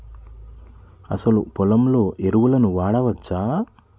అసలు పొలంలో ఎరువులను వాడవచ్చా?